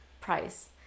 price